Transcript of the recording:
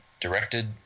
directed